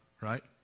right